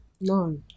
No